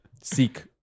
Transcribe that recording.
seek